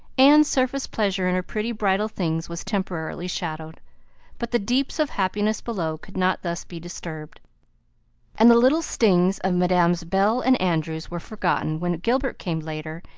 anne's surface pleasure in her pretty bridal things was temporarily shadowed but the deeps of happiness below could not thus be disturbed and the little stings of mesdames bell and andrews were forgotten when gilbert came later,